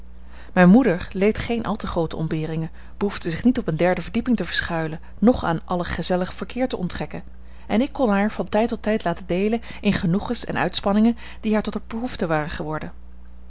mijne moeder leed geene al te groote ontberingen behoefde zich niet op eene derde verdieping te verschuilen noch aan alle gezellig verkeer te onttrekken en ik kon haar van tijd tot tijd laten deelen in genoegens en uitspanningen die haar tot behoefte waren geworden